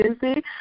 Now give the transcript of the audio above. busy